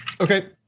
okay